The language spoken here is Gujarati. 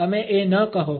તમે એ ન કહો